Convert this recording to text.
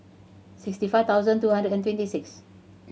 sixty five thousand two hundred and twenty six